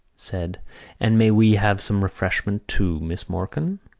said and may we have some refreshment, too, miss morkan?